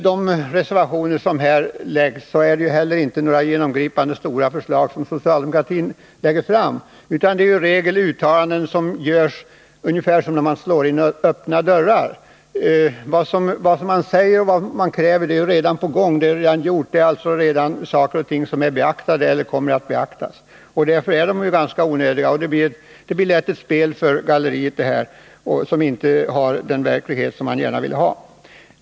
Det är inte några genomgripande eller stora förslag som socialdemokratin framför i reservationerna i det här ärendet. De uttalanden som görs innebär i regel att man slår in öppna dörrar. Det man kräver är redan gjort eller redan på gång — det gäller saker som redan har beaktats eller kommer att beaktas. Därför är de socialdemokratiska reservationerna onödiga. De är inte grundade på verkligheten. Det är ett spel för gallerierna.